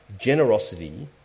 generosity